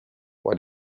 what